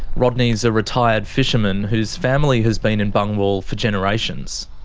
rodney's a retired fisherman whose family has been in bungwahl for generations.